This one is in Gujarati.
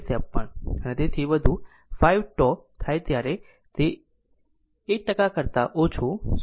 1353 અને તેથી વધુ 5 τ થાય ત્યારે તે 1 ટકા કરતા ઓછું 0